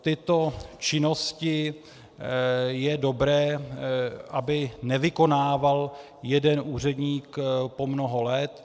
Tyto činnosti je dobré, aby nevykonával jeden úředník po mnoho let.